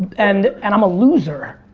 and and i'm a loser.